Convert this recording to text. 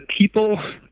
people